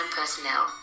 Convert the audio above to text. personnel